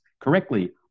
correctly